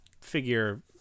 figure